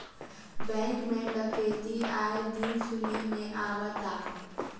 bank में डकैती आये दिन सुने में आवता